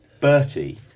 Bertie